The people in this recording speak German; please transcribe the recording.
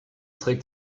trägt